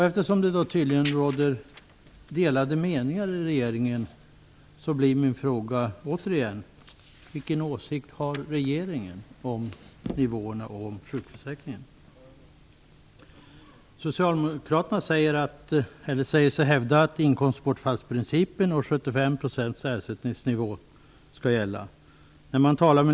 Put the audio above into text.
Eftersom det tydligen råder delade meningar i regeringen, blir min fråga återigen: Vilken åsikt har regeringen om nivåerna och om sjukförsäkringen? Socialdemokraterna säger sig hävda att inkomstbortfallsprincipen och 75 % ersättningsnivå skall gälla.